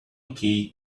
key